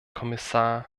kommissar